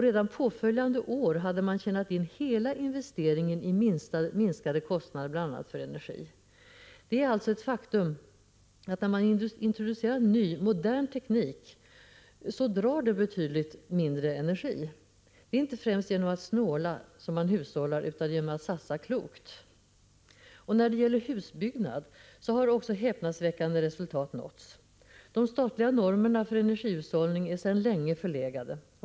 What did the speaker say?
Redan påföljande år hade man tjänat in hela investeringen genom minskade kostnader för bl.a. energi. Det är alltså ett faktum att när man introducerar ny, modern teknik får man en betydligt minskad energianvändning. Det är inte främst genom att snåla som man hushållar, utan genom att satsa klokt. Också när det gäller husbyggnad har häpnadsväckande resultat uppnåtts. De statliga normerna för energihushållning är sedan länge förlegade.